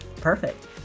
perfect